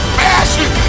passion